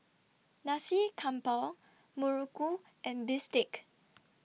Nasi Campur Muruku and Bistake